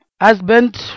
husband